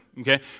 okay